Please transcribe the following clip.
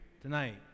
tonight